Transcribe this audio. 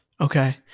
Okay